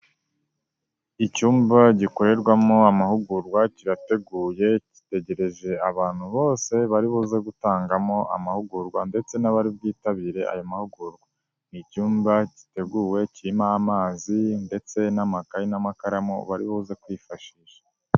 Icyumba gikorerwamo amahugurwa, kirateguye, gitegereje abantu bose bari buze gutangamo amahugurwa ndetse n'abari bwitabire aya mahugurwa. Ni icyumba giteguwe, kirimo amazi ndetse n'amakaye n'amakaramu bari buze kwifashisha.